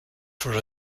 for